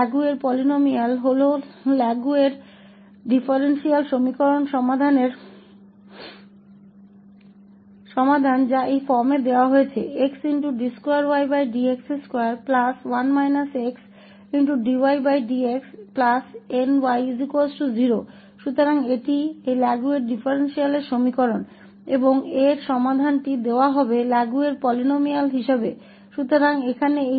Laguerre polynomials इस रूप में दिए गए लैगुएरे अंतर समीकरण के समाधान हैं xd2ydx2dydxny00 तो यह लैगुएरे अंतर समीकरण है और इसका समाधान लैगुएरे पोलीनोमियल्स के रूप में दिया जाएगा